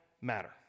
matter